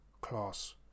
class